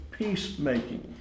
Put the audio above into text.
peacemaking